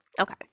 Okay